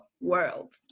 world